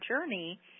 journey